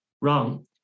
wrong